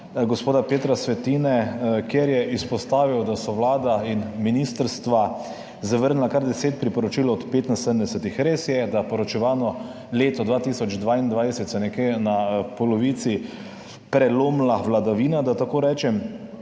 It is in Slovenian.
gospoda Petra Svetine, kjer je izpostavil, da so Vlada in ministrstva zavrnili kar 10 priporočil od 75. Res je, da se je v poročevalnem letu 2022 nekje na polovici prelomila vladavina, da tako rečem,